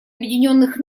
объединенных